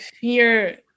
fear